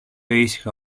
ήσυχα